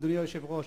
אדוני היושב-ראש,